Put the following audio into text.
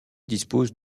dispose